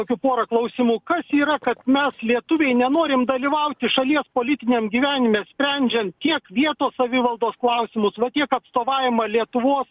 tokių porą klausimų kas yra kad mes lietuviai nenorim dalyvauti šalies politiniam gyvenime sprendžiant tiek vietos savivaldos klausimus va tiek atstovavimą lietuvos